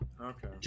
Okay